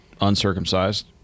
uncircumcised